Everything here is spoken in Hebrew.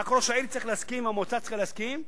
ורק שראש העיר צריך להסכים והמועצה צריכה להסכים,